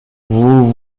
vous